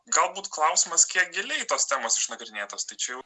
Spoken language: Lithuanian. galbūt klausimas kiek giliai tos temos išnagrinėtos tai čia jau